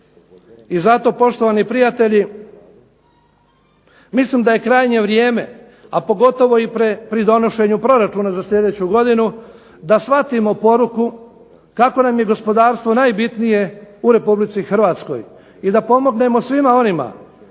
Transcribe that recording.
Zato poštovani prijatelji, mislim da je krajnje vrijeme pogotovo pri donošenju proračuna za iduću godinu da shvatimo poruku kako nam je gospodarstvo najbitnije u Republici Hrvatskoj i da pomognemo svima onima